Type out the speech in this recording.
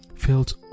felt